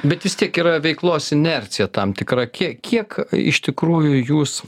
bet vis tiek yra veiklos inercija tam tikra kie kiek iš tikrųjų jūs